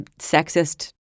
sexist